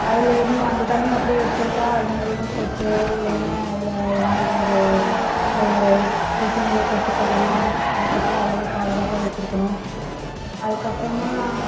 அதுலிருந்து அந்த தண்ணியை அப்படியே வச்சுருந்தா அது மூலயமா கொசு இல்லைன்னால் அதில் ஏதாவது ஒரு கொசு மூலயம் கொசு பரவிடும் அதுக்கப்புறம் அதெல்லாம் பாதுகாப்பாக வச்சுருக்கணும் அதுக்கப்புறமா